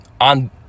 on